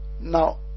now